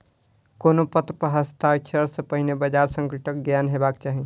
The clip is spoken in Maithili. कोनो पत्र पर हस्ताक्षर सॅ पहिने बजार संकटक ज्ञान हेबाक चाही